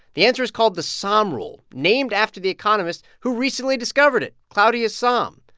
the answer is called the sahm rule, named after the economist who recently discovered it, claudia sahm.